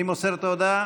מי מוסר את ההודעה?